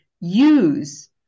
Use